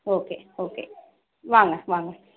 okay okay வாங்க வாங்க